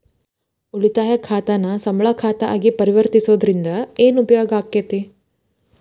ಉಳಿತಾಯ ಖಾತಾನ ಸಂಬಳ ಖಾತಾ ಆಗಿ ಪರಿವರ್ತಿಸೊದ್ರಿಂದಾ ಏನ ಉಪಯೋಗಾಕ್ಕೇತಿ?